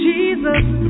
Jesus